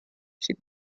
she